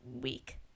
week